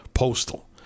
Postal